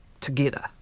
together